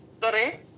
sorry